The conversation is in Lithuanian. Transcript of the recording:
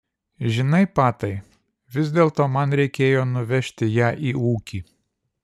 žinai patai vis dėlto man reikėjo nuvežti ją į ūkį